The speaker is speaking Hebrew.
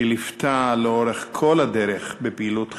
שלוותה לאורך כל הדרך בפעילות חברתית.